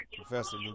Professor